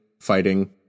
fighting